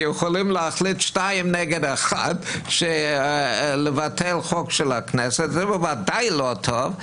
להחליט שניים נגד אחד לבטל חוק של הכנסת זה בוודאי לא טוב.